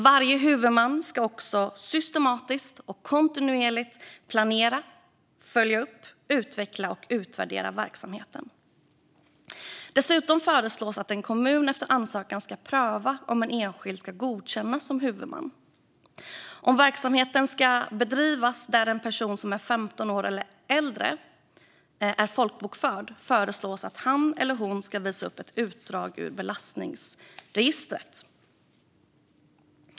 Varje huvudman ska också systematiskt och kontinuerligt planera, följa upp, utveckla och utvärdera verksamheten. Dessutom föreslås att en kommun efter en ansökan ska pröva om en enskild ska godkännas som huvudman. Om verksamheten ska bedrivas där en person som är 15 år eller äldre är folkbokförd föreslås att han eller hon ska visa upp ett utdrag ur belastningsregistret.